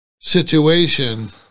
situation